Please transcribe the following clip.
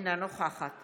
אינה נוכחת